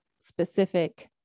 specific